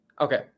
Okay